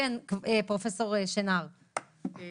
פרופ' שנער, בבקשה.